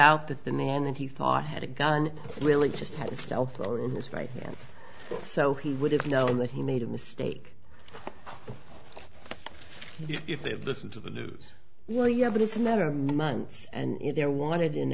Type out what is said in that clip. out that the man that he thought had a gun really just had a cell phone right here so he wouldn't know that he made a mistake if they had listened to the news well yeah but it's a matter of months and their wanted in